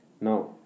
Now